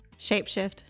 Shapeshift